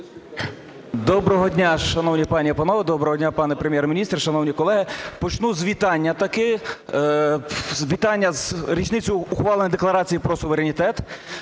Доброго дня, шановні пані і панове! Доброго дня, пане Прем’єр-міністр, шановні колеги! Почну з вітання таки, з вітання з річницею ухвалення Декларації про суверенітет,